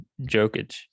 Jokic